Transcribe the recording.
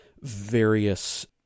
various